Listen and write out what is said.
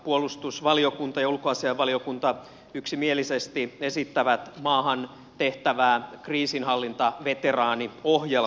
puolustusvaliokunta ja ulkoasiainvaliokunta yksimielisesti esittävät maahan tehtävää kriisinhallintaveteraaniohjelmaa